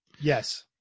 Yes